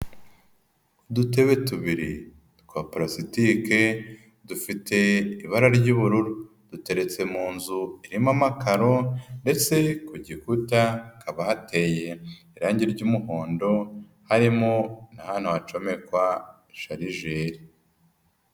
Udutebe tubiri twa pulasitike, dufite ibara ry'ubururu, duteretse mu nzu irimo amakaro ndetse ku gikuta, hakaba hateye irangi ry'umuhondo, harimo na hano hacomekwa sharijeri.